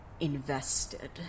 Invested